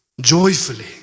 Joyfully